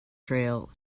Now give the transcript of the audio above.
trail